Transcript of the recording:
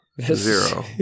Zero